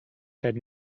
had